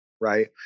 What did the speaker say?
Right